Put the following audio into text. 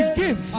give